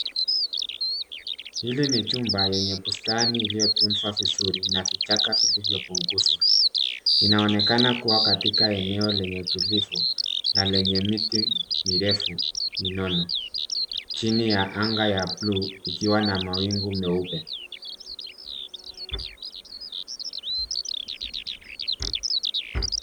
Hili ni jumba yenye bustani iliyotunzwa vizuri na vichaka vilivyopunguzwa inaonekana kuwa katika eneo lenye utulivu na lenye miti mirefu minono, chini ya anga ya buluu ikiwa na mawingu meupe.